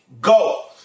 Go